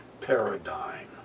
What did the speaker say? paradigm